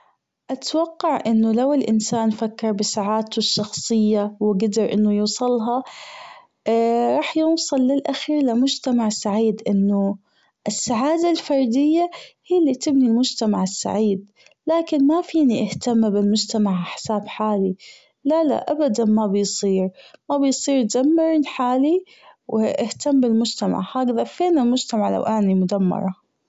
أتوقع أنه لو الأنسان فكر بسعادته الشخصية وجدر أنه يوصلها راح يوصل بالأخير لمجتمع سعيد لأنه السعادة الفردية هي اللي تبني المجتمع السعيد لكن مافيني أهتم بالمجتمع عحساب حالي لا لا أبدا مابيصير مابيصير ندمر حالي وأهتم بالمجتمع فين المجتمع لو أني مدمرة.